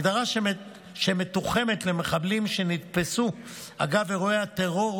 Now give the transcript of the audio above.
הגדרה שמתוחמת למחבלים שנתפסו אגב אירועי הטרור,